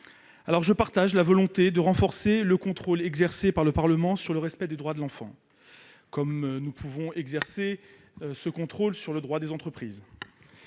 Je partage la volonté de renforcer le contrôle exercé par le Parlement sur le respect des droits de l'enfant, comme nous pouvons exercer ce contrôle sur le droit des entreprises.